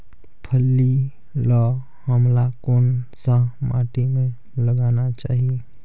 फल्ली ल हमला कौन सा माटी मे लगाना चाही?